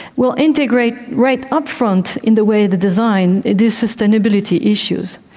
will integrate right up front in the way the design these sustainability issues.